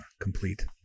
complete